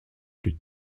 plus